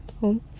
home